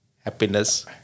happiness